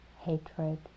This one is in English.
Hatred